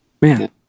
man